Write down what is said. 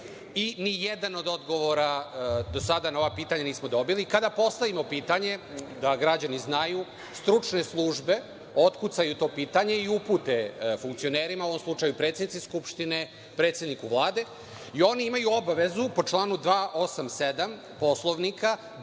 i nijedan od odgovora do sada na ova pitanja nismo dobili. Kada postavimo pitanje, da građani znaju, stručne službe otkucaju to pitanje i upute funkcionerima, u ovom slučaju predsednici Skupštine i predsedniku Vlade, i oni imaju obavezu, po članu 287. Poslovnika,